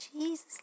Jesus